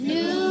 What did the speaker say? New